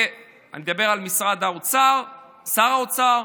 אני מדבר על משרד האוצר, שר האוצר,